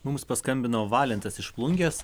mums paskambino valentas iš plungės